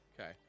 Okay